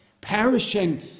Perishing